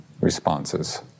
responses